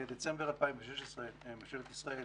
בדצמבר 2016 ממשלת ישראל